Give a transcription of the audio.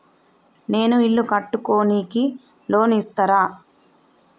నేను ఇల్లు కట్టుకోనికి లోన్ ఇస్తరా?